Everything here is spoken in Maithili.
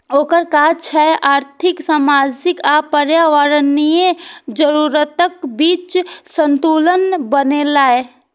ओकर काज छै आर्थिक, सामाजिक आ पर्यावरणीय जरूरतक बीच संतुलन बनेनाय